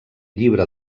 llibre